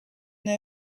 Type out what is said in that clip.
know